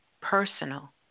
personal